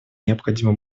необходимо